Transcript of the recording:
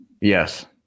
Yes